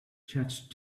judge